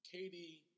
Katie